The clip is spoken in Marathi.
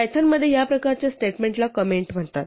पायथनमध्ये या प्रकारच्या स्टेटमेंटला कंमेंट म्हणतात